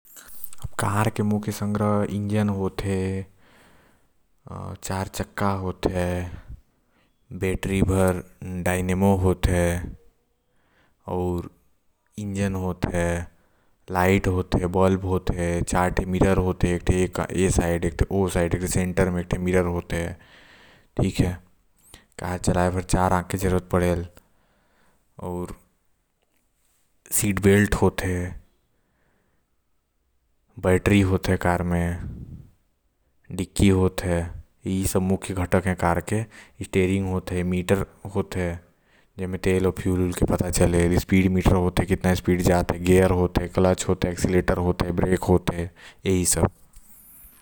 कार के मुख्य संग्रह इंजन हो गइस चार चक्के हो गइस आऊ बैटरी डायनेमो हो गइस साथ हे साथ ओकर बोनट हो गाइस। आऊ लाइट होएल आऊ चार गो मिरर होएल आऊ सीट बैल्ट बहुत अहम भूमिका निभाते ऐसे की ओकर बिना गाड़ी चलना भी नि चाही ए महत्व होएल कार के सीट बेल्ट म।